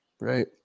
right